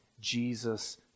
Jesus